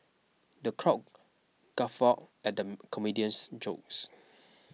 the crowd guffaw at the comedian's jokes